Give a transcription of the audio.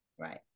right